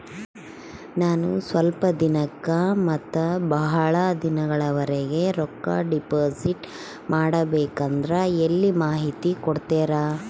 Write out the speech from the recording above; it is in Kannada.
ನಾನು ಸ್ವಲ್ಪ ದಿನಕ್ಕ ಮತ್ತ ಬಹಳ ದಿನಗಳವರೆಗೆ ರೊಕ್ಕ ಡಿಪಾಸಿಟ್ ಮಾಡಬೇಕಂದ್ರ ಎಲ್ಲಿ ಮಾಹಿತಿ ಕೊಡ್ತೇರಾ?